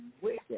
wicked